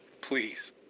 Please